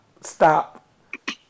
stop